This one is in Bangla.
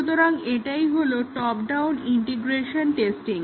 সুতরাং এটাই হলো টপ ডাউন ইন্টিগ্রেশন টেস্টিং